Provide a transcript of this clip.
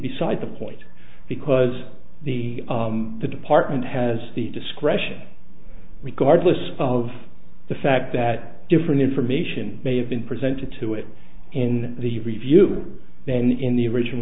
beside the point because the the department has the discretion regard lists of the fact that different information may have been presented to it in the review then in the original